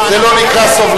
לא,